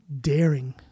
daring